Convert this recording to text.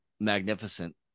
magnificent